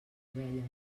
ovelles